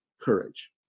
courage